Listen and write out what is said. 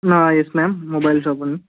yes ma'am mobile shop